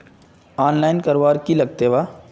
Online करवार की लगते वा?